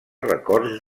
records